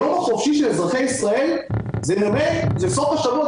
היום החופשי של אזרחי ישראל זה סוף השבוע,